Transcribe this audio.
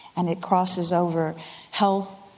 and it crosses over health,